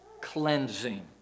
cleansing